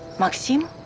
maksim?